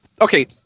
Okay